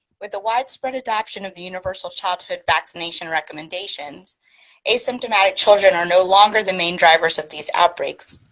with the widespread adoption of the universal childhood vaccination recommendations asymptomatic children are no longer the main drivers of these outbreaks.